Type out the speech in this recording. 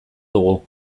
dugu